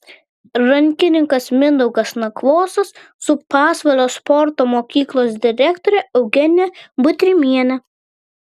rankininkas mindaugas nakvosas su pasvalio sporto mokyklos direktore eugenija butrimiene